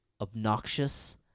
obnoxious